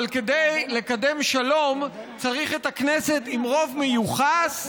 אבל כדי לקדם שלום צריך את הכנסת עם רוב מיוחס,